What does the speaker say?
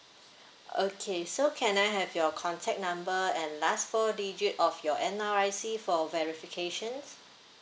okay so can I have your contact number and last four digit of your N_R_I_C for verification